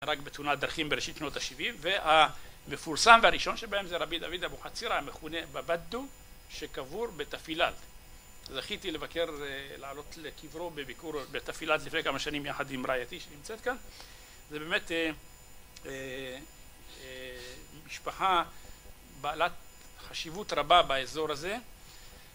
רק בתאונת דרכים בראשית שנות השבעים, והמפורסם והראשון שבהם זה רבי דוד אבוחצירה המכונה בבאדו, שקבור בתפילאלת. זכיתי לבקר, לעלות לקברו בביקור בתפילאלת לפני כמה שנים יחד עם רעייתי שנמצאת כאן, זה באמת משפחה בעלת חשיבות רבה באזור הזה,